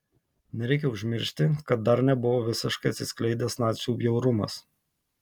nereikia užmiršti kad dar nebuvo visiškai atsiskleidęs nacių bjaurumas